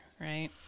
Right